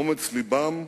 אומץ לבם,